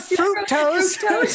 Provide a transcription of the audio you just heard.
fructose